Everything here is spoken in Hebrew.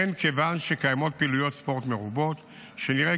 הן כיוון שקיימות פעילויות ספורט מרובות שנראה